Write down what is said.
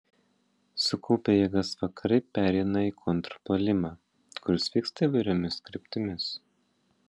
sukaupę jėgas vakarai pereina į kontrpuolimą kuris vyksta įvairiomis kryptimis